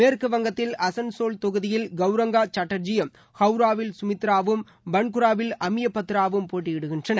மேற்குவங்கத்தில் அசன்சோல் தொகுதியில் கவுரங்கா சாட்டர்ஜியும் ஹவுராவில் சுமித்ரா அதிகாரியும் பன்குராவில் அமயபத்ராவும் போட்டியிடுகின்றனர்